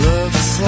Looks